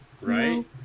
Right